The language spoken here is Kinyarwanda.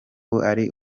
ari